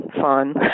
fun